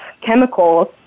chemicals